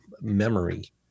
memory